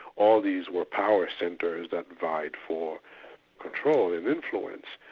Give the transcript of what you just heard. all these were power centres that vied for control and influence.